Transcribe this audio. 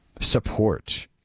support